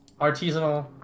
artisanal